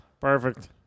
Perfect